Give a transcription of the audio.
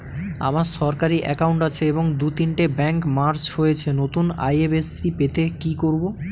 আমার সরকারি একাউন্ট আছে এবং দু তিনটে ব্যাংক মার্জ হয়েছে, নতুন আই.এফ.এস.সি পেতে কি করব?